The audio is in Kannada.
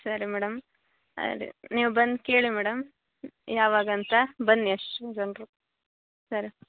ಸರಿ ಮೇಡಮ್ ಅದೇ ನೀವು ಬಂದು ಕೇಳಿ ಮೇಡಮ್ ಯಾವಾಗಾಂತ ಬನ್ನಿ